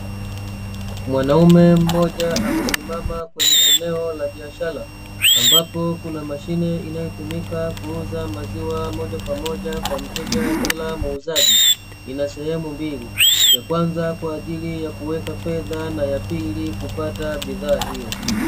Mwanaume mmoja amesimama kwenye eneo la biashara, ambapo kuna mashine inayotumika kuuza maziwa moja kwa moja kwa mteja bila muuzaji, ina sehemu mbili, ya kwanza kwa ajili ya kuweka fedha na ya pili kupata bidhaaa hiyo.